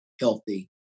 healthy